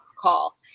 call